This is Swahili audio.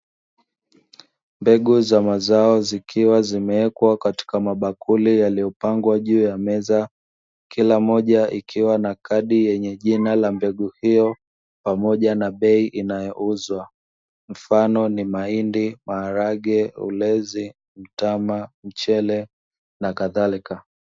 Mbegu za mazao zikiwa zimewekwa katika mabakuli yaliyopangwa juu ya meza, kila moja ikiwa na kadi yenye jina la mbegu hiyo pamoja na bei inayouzwa; mfano ni: mahindi, maharage, ulezi, mtama, mchele, na kadhalika.